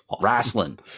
wrestling